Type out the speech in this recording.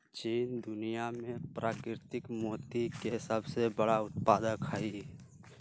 चीन दुनिया में परिष्कृत मोती के सबसे बड़ उत्पादक हई